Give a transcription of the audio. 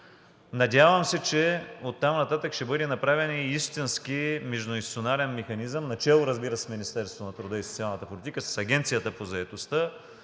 Надявам се, че оттам нататък ще бъде направен и истински междуинституционален механизъм начело, разбира се, с Министерството на труда и социалната политика, с Агенцията по заетостта